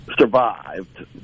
survived